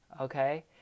okay